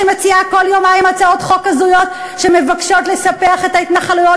שמציעה כל יום הצעות חוק הזויות שמבקשות לספח את ההתנחלויות,